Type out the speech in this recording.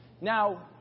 Now